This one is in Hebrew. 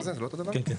כן,